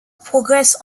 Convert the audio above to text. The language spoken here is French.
progresse